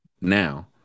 Now